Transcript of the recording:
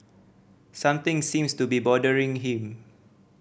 something seems to be bothering him